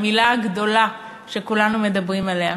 המילה הגדולה שכולנו מדברים עליה.